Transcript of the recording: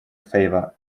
favor